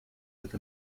with